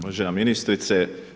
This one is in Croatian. Uvažena ministrice.